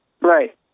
Right